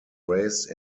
raised